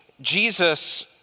Jesus